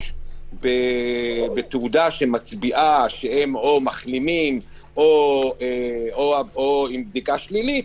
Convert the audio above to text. בתעודה שמצביעה שהם או מחלימים או עם בדיקה שלילית,